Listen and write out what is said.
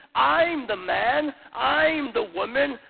i'm the man, i'm the woman.